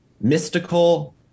mystical